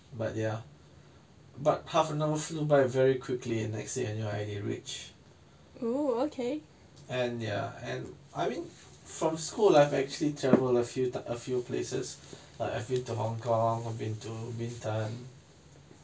but ya but half an hour flew by very quickly and next you are already reached and ya and I mean from school life actually travel a few a few places like I've been to hong kong I've been to bintan